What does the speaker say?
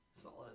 smaller